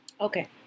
Okay